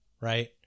right